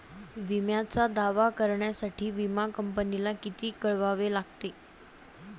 विम्याचा दावा करण्यासाठी विमा कंपनीला कधी कळवावे लागते?